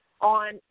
on